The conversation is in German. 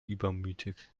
übermütig